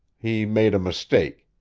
he made a mistake.